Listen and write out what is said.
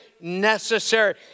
necessary